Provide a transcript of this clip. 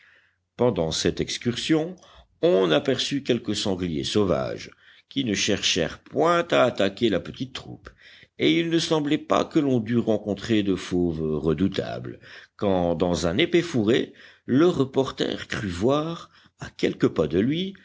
pendant cette excursion on aperçut quelques sangliers sauvages qui ne cherchèrent point à attaquer la petite troupe et il ne semblait pas que l'on dût rencontrer de fauves redoutables quand dans un épais fourré le reporter crut voir à quelques pas de lui